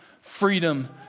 freedom